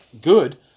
good